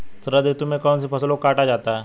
शरद ऋतु में कौन सी फसलों को काटा जाता है?